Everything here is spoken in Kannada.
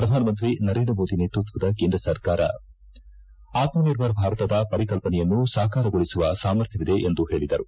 ಪ್ರಧಾನಮಂತ್ರಿ ನರೇಂದ್ರ ಮೋದಿ ನೇತೃಕ್ವದ ಕೇಂದ್ರ ಸರ್ಕಾರಕ್ಕೆ ಆತ್ಮರ್ಭರ ಭಾರತದ ಪರಿಕಲ್ಪನೆಯನ್ನು ಸಕಾರಗೊಳಿಸುವ ಸಾಮರ್ಥ್ಯವಿದೆ ಎಂದು ಹೇಳಿದರು